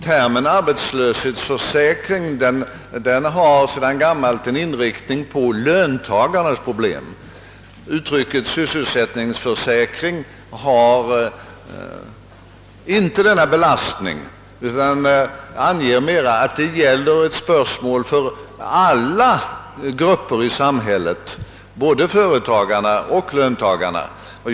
Termen arbetslöshetsförsäkring har sedan gammalt en inriktning på löntagarnas problem. Uttrycket sysselsättningsförsäkring har inte denna belastning utan anger mera att det gäller ett spörsmål för alla grupper i samhället, både företagarna och löntagarna.